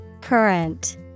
Current